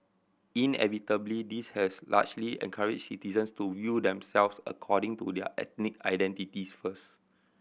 inevitably this has largely encouraged citizens to view themselves according to their ethnic identities first